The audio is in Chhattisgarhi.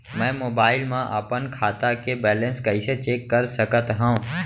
मैं मोबाइल मा अपन खाता के बैलेन्स कइसे चेक कर सकत हव?